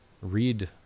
Read